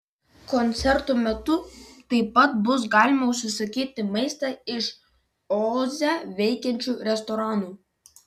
koncertų metu taip pat bus galima užsisakyti maistą iš oze veikiančių restoranų